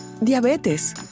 diabetes